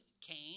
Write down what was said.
Cain